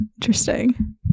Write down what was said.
Interesting